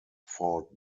fought